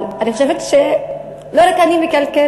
אבל אני חושבת שלא רק אני מקלקלת,